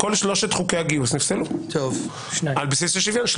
כל שלושת חוקי הגיוס נפסלו על בסיס השוויון.